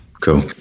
cool